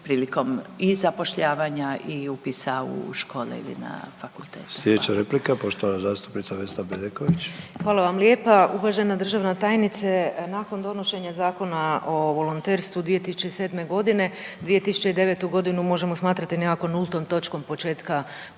prilikom i zapošljavanja i upisa u škole i na fakultete. Hvala. **Sanader, Ante (HDZ)** Sljedeća replika poštovana zastupnica Vesna Bedeković. **Bedeković, Vesna (HDZ)** Hvala vam lijepa. Uvažena državna tajnice. Nakon donošenja Zakona o volonterstvu 2007.g., 2009. godinu možemo smatrati nekako nultom točkom početka praćenja